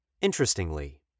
Interestingly